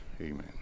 amen